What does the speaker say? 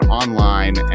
online